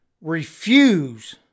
refuse